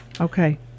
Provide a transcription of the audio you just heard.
Okay